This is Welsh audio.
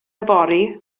yfory